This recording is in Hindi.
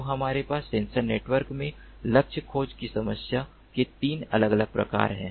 तो हमारे पास सेंसर नेटवर्क में लक्ष्य खोज की समस्या के 3 अलग अलग प्रकार हैं